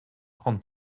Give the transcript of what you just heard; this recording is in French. trente